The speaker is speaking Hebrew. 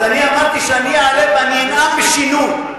אז אני אמרתי שאני אעלה ואני אנאם בשינוי.